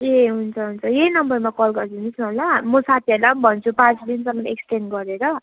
ए हुन्छ हुन्छ यही नम्बरमा कल गरिदिनुहोस् न ल म साथीहरूलाई पनि भन्छु पाँच दिनसम्म इक्सटेन्ट गरेर